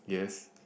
yes